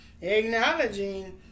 acknowledging